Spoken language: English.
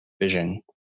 vision